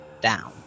down